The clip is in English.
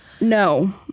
No